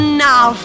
now